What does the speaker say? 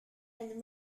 and